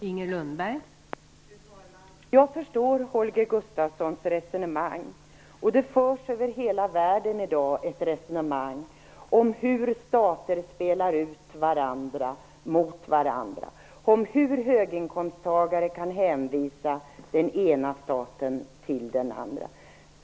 Fru talman! Jag förstår Holger Gustafssons resonemang. Över hela världen i dag förs ett resonemang om hur stater spelar ut varandra mot varandra och om hur höginkomsttagare kan hänvisa den ena staten till den andra.